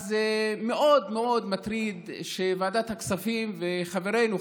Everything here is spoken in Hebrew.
אז מאוד מאוד מטריד שוועדת הכספים וחברינו,